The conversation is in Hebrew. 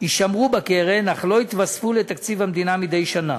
יישמרו בקרן אך לא יתווספו לתקציב המדינה מדי שנה.